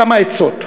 כמה עצות.